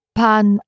pan